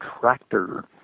tractor